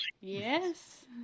Yes